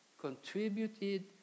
contributed